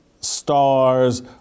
stars